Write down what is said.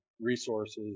resources